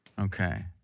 Okay